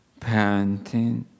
parenting